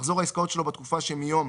מחזור העסקאות שלו בתקופה שמיום